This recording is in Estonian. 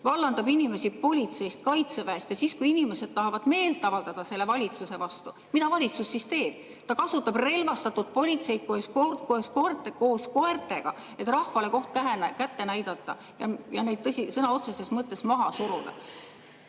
vallandab inimesi politseist ja Kaitseväest ja kui inimesed tahavad meelt avaldada selle valitsuse vastu, siis mida valitsus teeb? Ta kasutab relvastatud politseinikke koos koertega, et rahvale koht kätte näidata ja neid sõna otseses mõttes maha suruda. Te